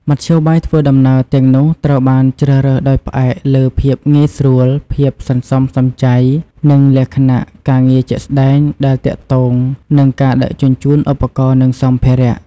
មធ្យោបាយធ្វើដំណើរទាំងនោះត្រូវបានជ្រើសរើសដោយផ្អែកលើភាពងាយស្រួល ភាពសន្សំសំចៃ និងលក្ខណៈការងារជាក់ស្តែងដែលទាក់ទងនឹងការដឹកជញ្ជូនឧបករណ៍និងសម្ភារៈ។